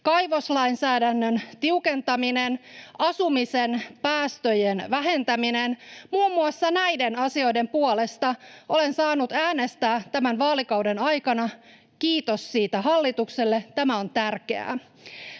kaivoslainsäädännön tiukentaminen, asumisen päästöjen vähentäminen — muun muassa näiden asioiden puolesta olen saanut äänestää tämän vaalikauden aikana. Kiitos siitä hallitukselle, tämä on tärkeää.